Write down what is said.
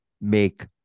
make